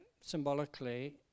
symbolically